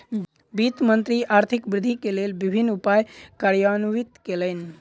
वित्त मंत्री आर्थिक वृद्धि के लेल विभिन्न उपाय कार्यान्वित कयलैन